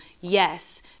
yes